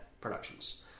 productions